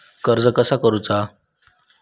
कर्ज कसा करूचा?